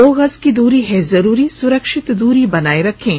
दो गज की दूरी है जरूरी सुरक्षित दूरी बनाए रखें